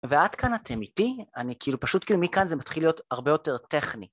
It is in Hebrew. ועד כאן אתם איתי אני כאילו פשוט כאילו מכאן זה מתחיל להיות הרבה יותר טכני